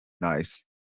Nice